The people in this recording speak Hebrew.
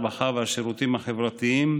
הרווחה והשירותים החברתיים,